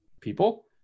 people